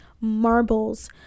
marbles